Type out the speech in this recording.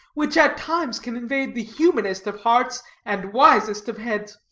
which at times can invade the humanest of hearts and wisest of heads.